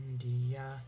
India